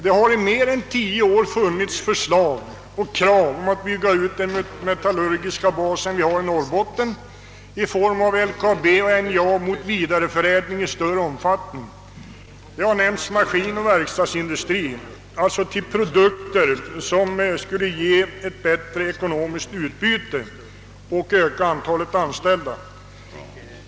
Det har i mer än tio år funnits förslag och krav att bygga ut den metallurgiska bas vi har i Norrbotten i form av LKAB och NJA mot vidareförädling i större omfattning. Maskinoch verkstadsindustrin har nämnts. Det rör sig om produkter som skulle ge bättre ekonomiskt utbyte och öka antalet anställda.